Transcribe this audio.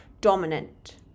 dominant